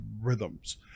rhythms